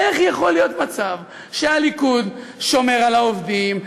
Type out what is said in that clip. איך יכול להיות מצב שהליכוד שומר על העובדים,